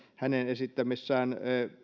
hänen esittämässään